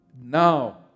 Now